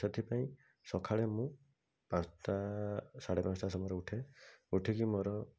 ସେଥିପାଇଁ ସକାଳେ ମୁଁ ପାଞ୍ଚଟା ସାଢ଼େ ପାଞ୍ଚଟା ସମୟରେ ଉଠେ ଉଠିକି ମୋର